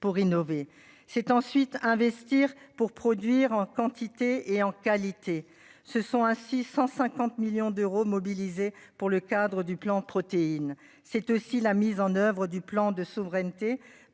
C'est ensuite investir pour produire en quantité et en qualité ce sont ainsi 150 millions d'euros mobilisé pour le cadre du plan. C'est aussi la mise en oeuvre du plan de souveraineté